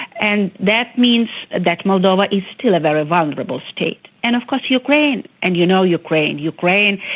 and that means that moldova is still a very vulnerable state. and of course ukraine, and you know ukraine, ukraine,